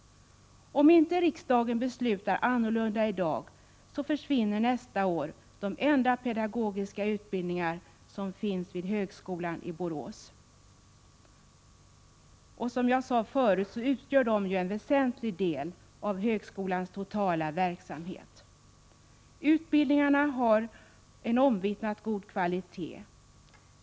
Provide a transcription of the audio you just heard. Om inte riksdagen beslutar annorlunda i dag, försvinner nästa år de enda pedagogiska utbildningar som finns vid högskolan i Borås. Som jag sade förut utgör dessa en väsentlig del av högskolans totala verksamhet. Utbildningarna har en omvittnat god kvalitet.